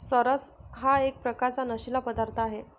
चरस हा एक प्रकारचा नशीला पदार्थ आहे